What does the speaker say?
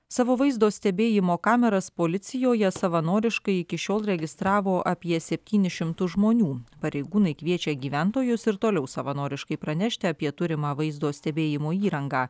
savo vaizdo stebėjimo kameras policijoje savanoriškai iki šiol registravo apie septynis šimtus žmonių pareigūnai kviečia gyventojus ir toliau savanoriškai pranešti apie turimą vaizdo stebėjimo įrangą